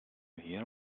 hear